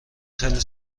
خیلی